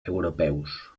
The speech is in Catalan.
europeus